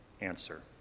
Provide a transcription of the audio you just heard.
answer